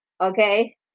okay